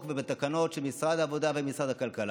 ובתקנות של משרד העבודה ומשרד הכלכלה.